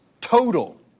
total